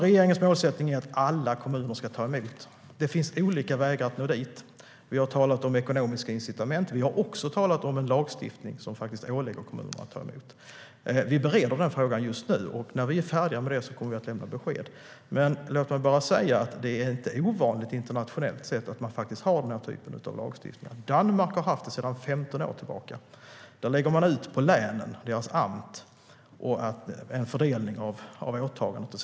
Regeringens målsättning är att alla kommuner ska ta emot flyktingar. Det finns olika vägar att nå dit. Vi har talat om ekonomiska incitament. Vi har också talat om en lagstiftning som ålägger kommunerna att ta emot flyktingar. Vi bereder frågan just nu, och när vi är färdiga med det kommer vi att lämna besked. Men låt mig bara säga att det inte är ovanligt internationellt sett att man har den här typen av lagstiftning. Danmark har haft en sådan sedan 15 år tillbaka. Där lägger man ut en fördelning av åtagandena på länen, deras amt.